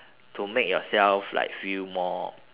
to make yourself like feel more